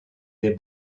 des